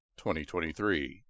2023